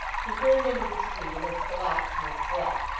he turned into the street in which the locksmith dwelt,